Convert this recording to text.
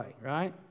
right